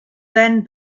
then